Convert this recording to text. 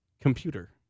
computer